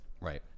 Right